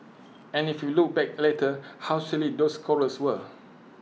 and if we look back later how silly those quarrels were